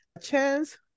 Chance